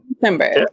December